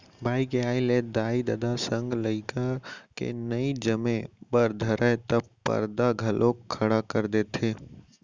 बाई के आय ले दाई ददा संग लइका के नइ जमे बर धरय त परदा घलौक खंड़ देथे